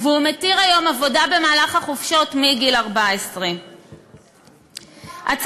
והוא מתיר היום עבודה במהלך החופשות מגיל 14. כמה,